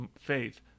faith